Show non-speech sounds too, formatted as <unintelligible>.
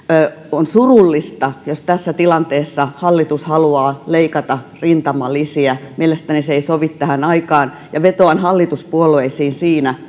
on surullista jos tässä tilanteessa hallitus haluaa leikata rintamalisiä mielestäni se ei sovi tähän aikaan ja vetoan hallituspuolueisiin siinä <unintelligible>